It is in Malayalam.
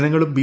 ജനങ്ങളും ബി